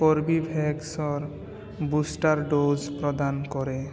কৰ্বীভেক্সৰ booster dose প্ৰদান কৰে